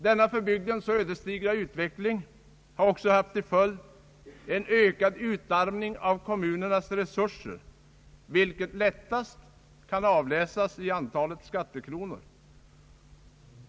Denna för bygden så ödesdigra utveckling har också haft till följd en ökad utarmning av kommunernas resurser, vilket lättast kan avläsas i antalet skattekronor.